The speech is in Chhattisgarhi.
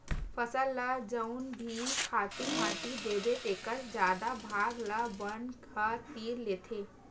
फसल ल जउन भी खातू माटी देबे तेखर जादा भाग ल बन ह तीर लेथे